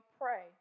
pray